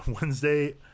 Wednesday